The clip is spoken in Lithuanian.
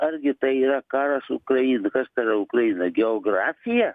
argi tai yra karas ukrain kas ta yra ukraina geografija